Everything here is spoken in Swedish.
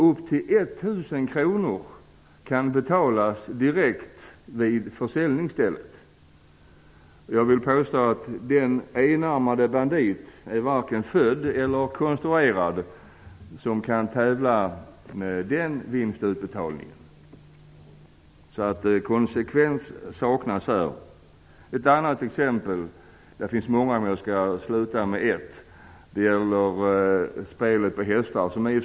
Upp till 1 000 kr kan betalas ut direkt på försäljningsstället. Den enarmade bandit är inte konstruerad som kan tävla med den vinstutbetalningen. Konsekvens saknas! Ett annat exempel är spel på hästar.